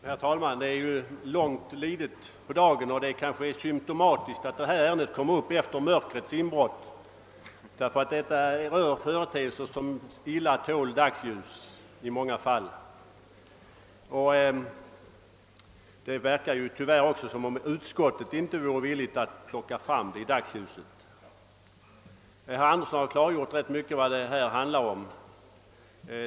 Herr talman! Det är långt lidet på dagen och kanske är det symtomatiskt att just detta ärende kommer upp efter mörkrets inbrott. Det rör företeelser som i många fall illa tål dagsljus. Tyvärr verkar det också som om utskottet inte vore villigt att plocka fram ärendet i dagsljuset. Herr Andersson i Örebro har rätt ingående klargjort vad ärendet handlar om.